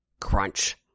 Crunch